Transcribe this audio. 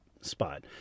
spot